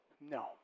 No